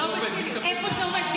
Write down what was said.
איפה זה עומד?